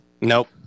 nope